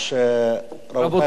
רבותי חברי הכנסת,